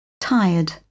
TIRED